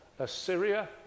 Assyria